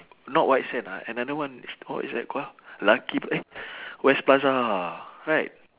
not white sands ah another one is what is that call lucky eh west plaza right